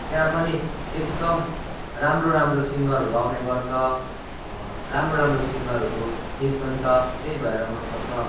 त्यहाँ पनि एकदम राम्रो राम्रो सिङ्गरहरू आउने गर्छ राम्रो राम्रो सिङ्गरहरू निस्कन्छ त्यही भएर मन पर्छ